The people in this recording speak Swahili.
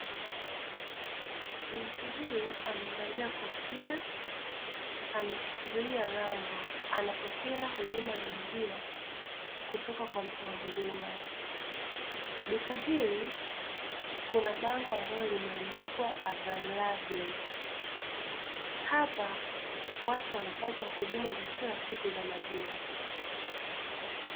Binti huyu amevalia kofia, ameshikilia rambo, anapokea huduma ya maziwa kutoka kwa mtoa huduma. Duka hili kuna bango ambalo limeandikwa "available" hapa watu wanapata huduma za kila siku za maziwa.